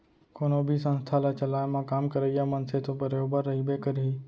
कोनो भी संस्था ल चलाए म काम करइया मनसे तो बरोबर रहिबे करही